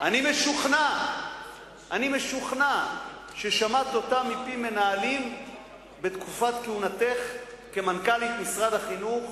אני משוכנע ששמעת אותה מפי מנהלים בתקופת כהונתך כמנכ"לית משרד החינוך